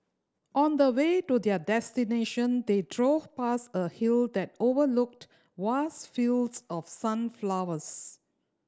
on the way to their destination they drove past a hill that overlooked vast fields of sunflowers